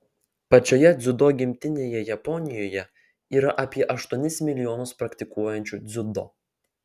pačioje dziudo gimtinėje japonijoje yra apie aštuonis milijonus praktikuojančiųjų dziudo